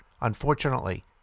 Unfortunately